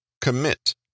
commit